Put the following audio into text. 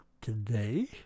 today